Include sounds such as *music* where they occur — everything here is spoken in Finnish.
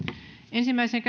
ensimmäiseen *unintelligible*